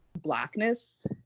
blackness